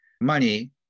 money